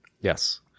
Yes